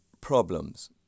problems